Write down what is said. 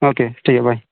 okay ᱴᱷᱤᱠ ᱜᱮᱭᱟ ᱵᱟᱭ